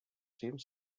same